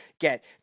get